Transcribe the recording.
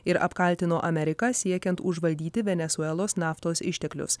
ir apkaltino ameriką siekiant užvaldyti venesuelos naftos išteklius